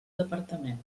departament